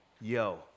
yo